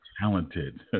talented